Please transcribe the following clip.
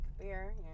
beer